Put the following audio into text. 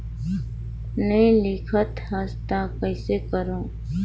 नी लिखत हस ता कइसे करू?